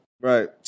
Right